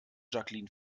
jacqueline